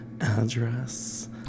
address